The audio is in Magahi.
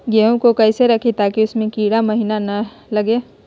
गेंहू को कैसे रखे ताकि उसमे कीड़ा महिना लगे?